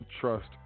Trust